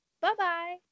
Bye-bye